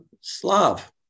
Slav